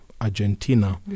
Argentina